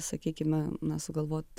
sakykime na sugalvot